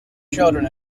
children